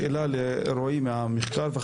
שאלה לרועי גולדשמיט ממרכז המחקר והמידע של הכנסת.